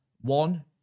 one